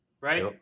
right